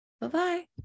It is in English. Bye-bye